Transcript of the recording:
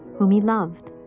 whom he loved,